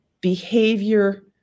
behavior